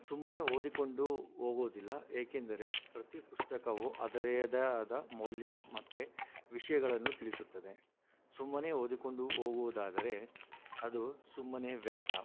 ಸುಮ್ಮನೆ ಓದಿಕೊಂಡು ಹೋಗುವುದಿಲ್ಲ ಏಕೆಂದರೆ ಪ್ರತಿ ಪುಸ್ತಕವು ಅದರದ್ದೆ ಆದ ಮೌಲ್ಯ ಮತ್ತೆ ವಿಷಯಗಳನ್ನು ತಿಳಿಸುತ್ತದೆ ಸುಮ್ಮನೆ ಓದಿಕೊಂಡು ಹೋಗುವುದಾದರೆ ಅದು ಸುಮ್ಮನೆ ವ್ಯರ್ಥ